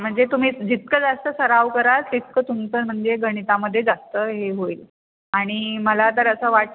म्हणजे तुम्ही जितकं जास्त सराव कराल तितकं तुमचं म्हणजे गणितामध्ये जास्त हे होईल आणि मला तर असं वाट